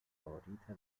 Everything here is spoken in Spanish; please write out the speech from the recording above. favorita